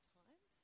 time